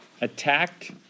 attacked